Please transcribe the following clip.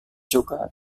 juga